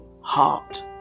heart